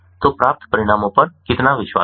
तो प्राप्त परिणामों पर कितना विश्वास है